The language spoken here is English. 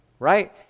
right